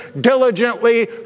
diligently